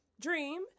dream